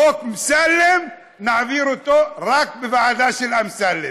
חוק אמסלם, נעביר אותו רק בוועדה של אמסלם.